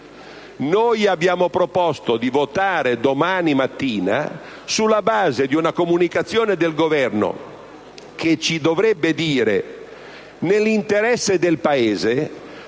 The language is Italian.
come abbiamo proposto - domani mattina sulla base di una comunicazione del Governo, che ci dovrebbe dire, nell'interesse del Paese,